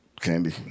candy